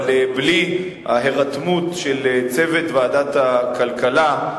אבל בלי ההירתמות של צוות ועדת הכלכלה,